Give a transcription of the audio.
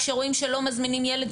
כשרואים שלא מזמינים ילד,